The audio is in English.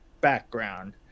background